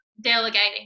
delegating